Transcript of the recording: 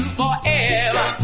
forever